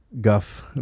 guff